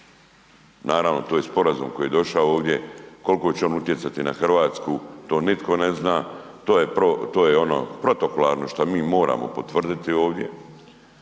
naravno to je sporazum koji je došao ovdje, koliko će on utjecati na Hrvatsku to nitko ne zna, to je ono protokolarno što mi moramo potvrditi ovdje,